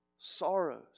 Sorrows